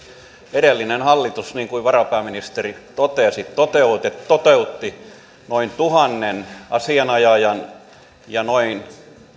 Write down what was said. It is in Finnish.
edellinen hallitus niin kuin varapääministeri totesi toteutti toteutti noin tuhannen asianajajan ja noin